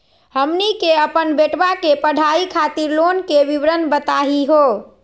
हमनी के अपन बेटवा के पढाई खातीर लोन के विवरण बताही हो?